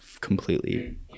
completely